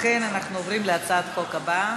לכן, אנחנו עוברים להצעת החוק הבאה: